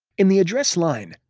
in the address line,